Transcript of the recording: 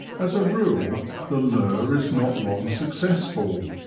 as a rule the lure is not long suc cessful,